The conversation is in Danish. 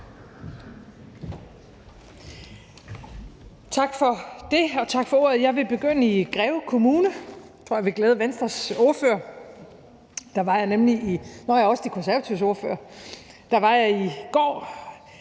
Tak for det, og tak for ordet. Jeg vil begynde i Greve Kommune for at glæde Venstres ordfører og også De Konservatives ordfører. Der var jeg i går,